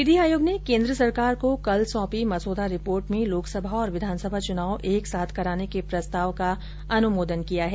विधि आयोग ने केन्द्र सरकार को कल सौंपी मसौदा रिपोर्ट में लोकसभा और विधानसभा चुनाव एक साथ कराने के प्रस्ताव का अनुमोदन किया है